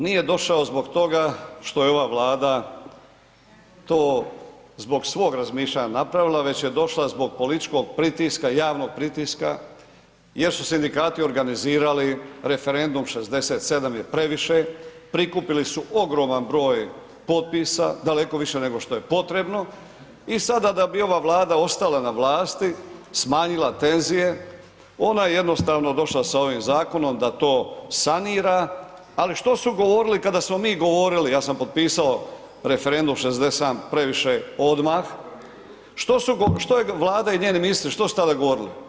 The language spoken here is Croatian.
Nije došao zbog toga što je ova Vlada to zbog svog razmišljanja napravila već je došla zbog političkog pritiska javnog pritiska jer su sindikati organizirali referendum „67 je previše“, prikupili su ogroman broj potpisa, daleko više nego što je potrebo i sada da bi ova Vlada ostala na vlasti, smanjila tenzije, ona je jednostavno došla sa ovim zakonom da to sanira, ali što su govorili kada smo mi govorili, ja sam potpisao referendum „67 je previše“ odmah, što je Vlada i njeni ministri što su tada govorili.